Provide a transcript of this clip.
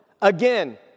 again